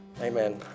Amen